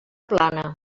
plana